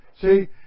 See